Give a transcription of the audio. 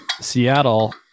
Seattle